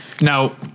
now